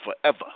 forever